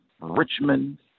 Richmond